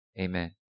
Amen